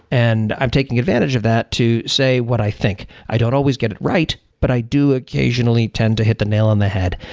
and i'm taking advantage of that to say what i think. i don't always get it right, but i do occasionally tend to hit the nail on the head.